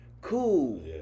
cool